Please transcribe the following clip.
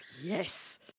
Yes